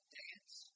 dance